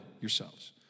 yourselves